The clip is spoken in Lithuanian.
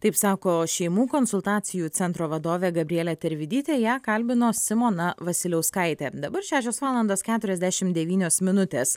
taip sako šeimų konsultacijų centro vadovė gabrielė tervidytė ją kalbino simona vasiliauskaitė dabar šešios valandos keturiasdešimt devynios minutes